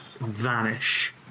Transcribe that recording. vanish